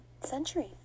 century